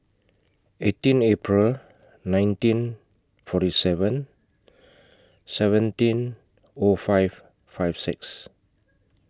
eighteen April nineteen forty seven seventeen O five five six